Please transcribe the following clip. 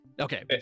Okay